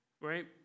right